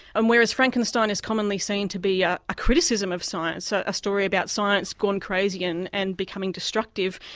and whereas frankenstein is commonly seen to be ah a criticism of science, ah a story about science gone crazy and and becoming destructive,